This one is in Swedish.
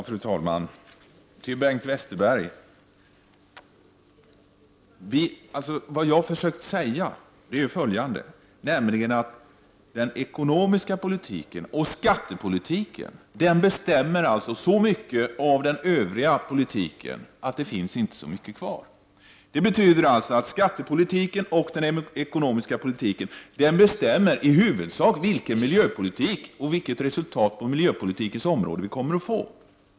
Fru talman! Till Bengt Westerberg: Jag har försökt att uttrycka följande: Den ekonomiska politiken och skattepolitiken bestämmer så mycket av den Övriga politiken att det inte finns så mycket kvar. Det betyder att den ekonomiska politiken och skattepolitiken i huvudsak bestämmer vilken miljöpolitik som kan drivas och vilket resultat på miljöpolitikens område som kommer att uppnås.